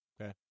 Okay